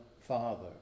Father